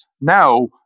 now